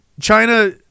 China